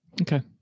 Okay